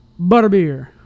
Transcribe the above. Butterbeer